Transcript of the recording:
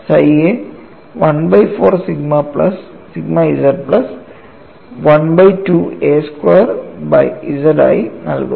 psi യെ 1 by 4 sigma z plus 1 by 2 a square by z ആയി നൽകുന്നു